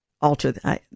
alter